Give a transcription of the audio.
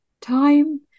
time